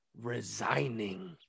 resigning